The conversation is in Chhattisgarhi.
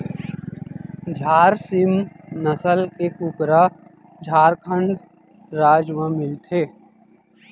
झारसीम नसल के कुकरा झारखंड राज म मिलथे